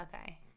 Okay